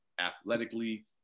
athletically